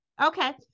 Okay